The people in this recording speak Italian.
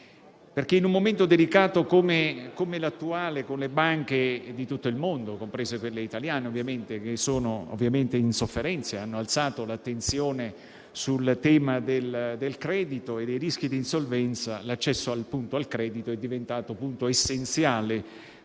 perché in un momento delicato come l'attuale, con le banche di tutto il mondo, comprese quelle italiane ovviamente, che sono in sofferenza e hanno alzato l'attenzione sul tema del credito e dei rischi di insolvenza, l'accesso al credito è diventato punto essenziale